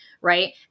Right